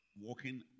walking